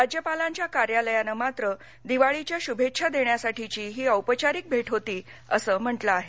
राज्यपालांच्या कार्यालयानं मात्र दिवाळीच्या शुभेच्छा देण्यासाठीची ही औपचारिक भेट होती असं म्हटलं आहे